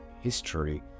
history